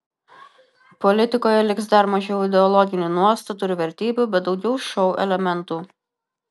politikoje liks dar mažiau ideologinių nuostatų ir vertybių bet daugiau šou elementų